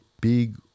big